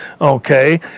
okay